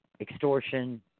extortion